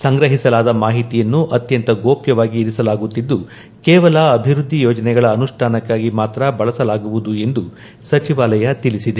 ಸಂಗ್ರಹಿಸಲಾದ ಮಾಹಿತಿಯನ್ನು ಅತ್ಯಂತ ಗೋಪ್ಯವಾಗಿ ಇರಿಸಲಾಗುತ್ತಿದ್ದು ಕೇವಲ ಅಭಿವೃದ್ದಿ ಯೋಜನೆಗಳ ಅನುಷ್ಠಾನಕ್ಕಾಗಿ ಮಾತ್ರ ಬಳಸಲಾಗುವುದು ಎಂದು ಸಚಿವಾಲಯ ತಿಳಿಸಿದೆ